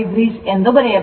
5o ಎಂದು ಬರೆಯಬಹುದು